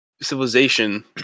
Civilization